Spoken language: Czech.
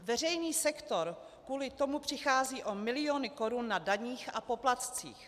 Veřejný sektor kvůli tomu přichází o miliony korun na daních a poplatcích.